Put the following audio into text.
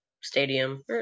stadium